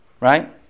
right